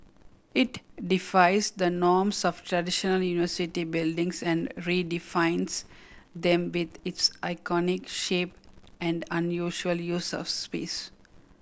it defies the norms of traditional university buildings and redefines them with its iconic shape and unusually use of space